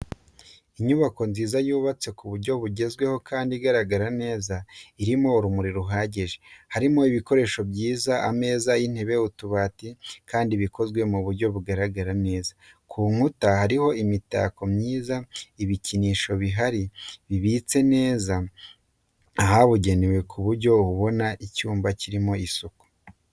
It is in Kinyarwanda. Inyubako nziza yubatse mu buryo bugezweho kandi igaragara neza irimo urumuri ruhagije, harimo ibikoresho byiza, ameza, intebe, utubati kandi bikoze mu buryo bugaragara neza, ku nkuta hariho imitako myiza, ibikinisho bihari bibitse neza ahabugenewe ku buryo ubona icyumba kirimo isuku.